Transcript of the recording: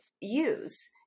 use